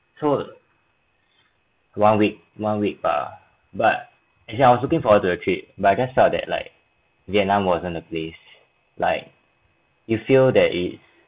so one week one week bah but as in I was looking for the trip but I guess felt that like vietnam wasn't the place like you feel that is